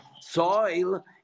soil